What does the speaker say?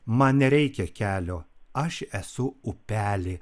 man nereikia kelio aš esu upelė